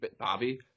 Bobby